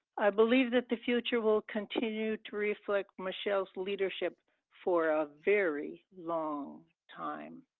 i believe that the future will continue to reflect michelle's leadership for a very long time.